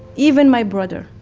even my brother.